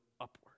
upward